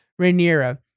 rhaenyra